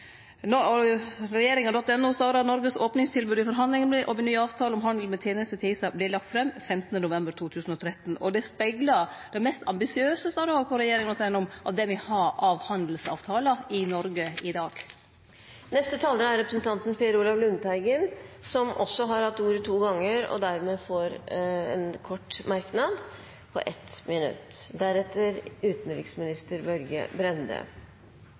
åpningstilbud i forhandlingene om en ny avtale om handel med tjenester – TISA ble lagt fram 15. november 2013.» Det speglar det mest ambisiøse, står det òg på regjeringa.no, av det me har av handelsavtalar i Noreg i dag. Representanten Per Olaf Lundteigen har hatt ordet to ganger og får ordet til en kort merknad, begrenset til 1 minutt.